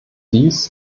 dies